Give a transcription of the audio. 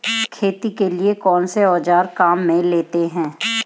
खेती के लिए कौनसे औज़ार काम में लेते हैं?